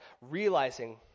realizing